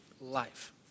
life